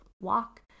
walk